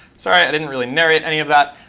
sorry, i didn't really narrate any of that.